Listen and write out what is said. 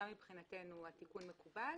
גם מבחינתנו התיקון מקובל.